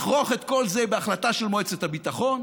לכרוך את כל זה בהחלטה של מועצת הביטחון,